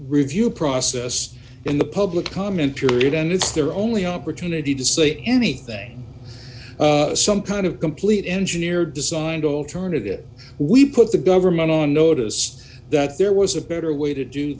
review process in the public comment period and it's their only opportunity to say anything some kind of complete engineer designed alternative we put the government on notice that there was a better way to do